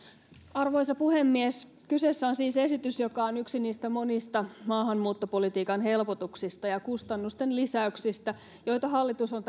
arvoisa puhemies kyseessä on siis esitys joka on yksi niistä monista maahanmuuttopolitiikan helpotuksista ja kustannusten lisäyksistä joita hallitus on